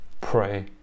pray